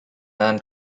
man